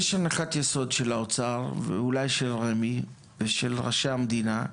יש הנחת יסוד של האוצר ואולי של רמ"י ושל ראשי המדינה,